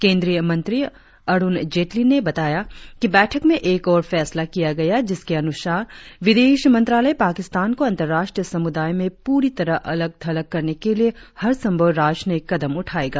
केंद्रीय मंत्री अरुण जेटली ने बताया कि बैठक में एक और फैसला किया गया जिसके अनुसार विदेश मंत्रालय पाकिस्तान को अंतर्राष्ट्रीय समुदाय में प्ररी तरह अलग थलग करने के लिए हए संभव राजनयिक कदम उठाएगा